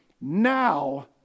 now